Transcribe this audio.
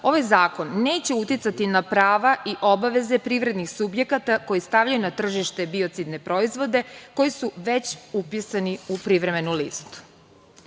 ovaj zakon neće uticati na prava i obaveze privrednih subjekata koji stavljaju na tržište biocidne proizvode koji su već upisani u privremenu listu.